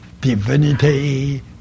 divinity